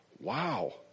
Wow